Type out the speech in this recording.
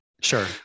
Sure